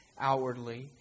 outwardly